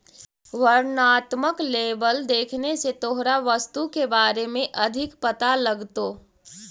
वर्णात्मक लेबल देखने से तोहरा वस्तु के बारे में अधिक पता लगतो